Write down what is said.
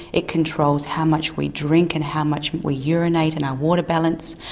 it controls how much we drink and how much we urinate and our water balance,